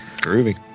Groovy